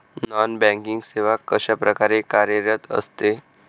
Non banking सेवा कशाप्रकारे कार्यरत असते?